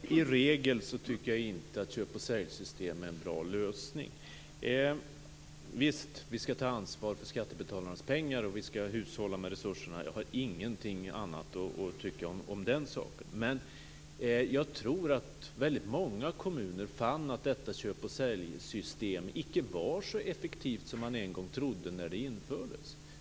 Fru talman! Nej, i regel tycker jag inte att köpoch-sälj-system är en bra lösning. Visst skall vi ta ansvar för skattebetalarnas pengar och hushålla med resurserna. Jag har ingenting annat att tycka om den saken. Men jag tror att väldigt många kommuner fann att detta köp-och-sälj-system icke var så effektivt som man en gång trodde när det infördes.